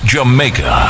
Jamaica